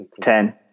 Ten